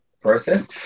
process